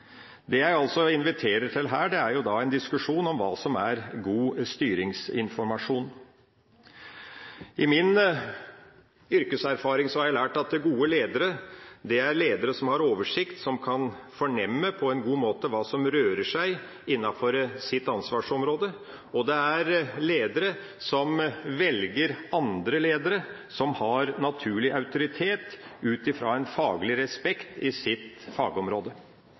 Det jeg altså inviterer til her, er en diskusjon om hva som er god styringsinformasjon. Ut fra min yrkeserfaring har jeg lært at gode ledere er ledere som har oversikt, som kan fornemme på en god måte hva som rører seg innenfor sitt ansvarsområde, og som velger andre ledere som har naturlig autoritet ut fra en faglig respekt i sitt fagområde.